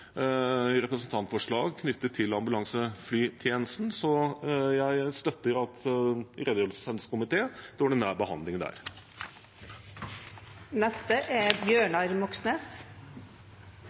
representantforslag knyttet til ambulanseflytjenesten, så jeg støtter at redegjørelsen sendes komiteen til ordinær behandling